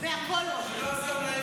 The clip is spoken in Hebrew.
בכול הוא אשם.